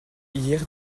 hier